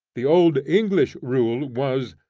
the old english rule was,